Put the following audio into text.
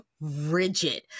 rigid